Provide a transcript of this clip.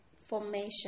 formation